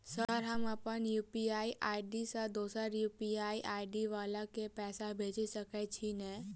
Sir हम अप्पन UPI ID सँ दोसर यु.पी.आई आई.डी वला केँ पैसा भेजि सकै छी नै?